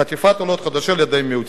חטיפת עולות חדשות על-ידי מיעוטים.